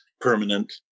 permanent